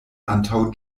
antaŭ